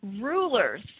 rulers